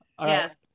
Yes